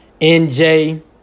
NJ